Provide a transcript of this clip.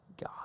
God